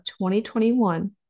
2021